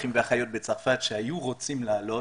אחים ואחיות בצרפת שהיו רוצים לעלות